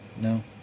no